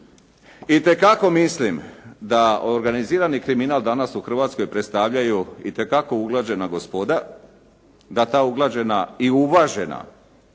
itekako mislim da organizirani kriminal danas u Hrvatskoj predstavljaju itekako uglađena gospoda, da ta uglađena i uvažen